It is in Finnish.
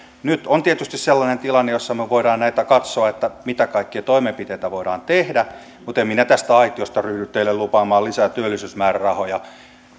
nyt on tietysti sellainen tilanne jossa me me voimme näitä katsoa mitä kaikkia toimenpiteitä voidaan tehdä mutta en minä tästä aitiosta ryhdy teille lupaamaan lisää työllisyysmäärärahoja